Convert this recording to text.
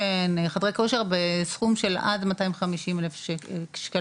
חדרי כושר, בסכום של עד מאתיים חמישים אלף שקלים.